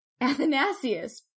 Athanasius